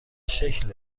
شکل